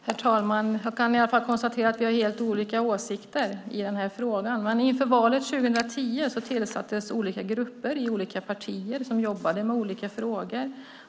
Herr talman! Jag kan konstatera att vi har helt olika åsikter i frågan. Inför valet 2010 tillsattes olika grupper i olika partier som jobbade med olika frågor.